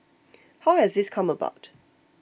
how has this come about